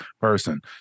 person